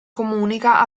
comunica